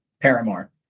Paramore